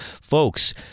Folks